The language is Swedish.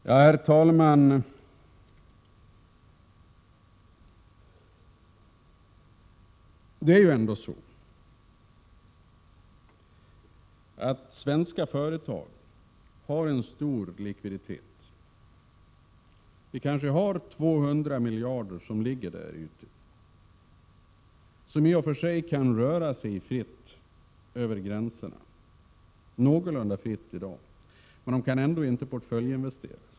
Herr talman! Svenska företag har ändå en stor likviditet. Vi har kanske 200 miljarder kronor som ligger där. Dessa pengar kan röra sig någorlunda fritt över gränserna i dag, men de kan ändå inte portföljinvesteras.